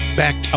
back